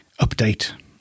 update